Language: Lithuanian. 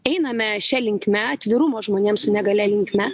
einame šia linkme atvirumo žmonėms su negalia linkme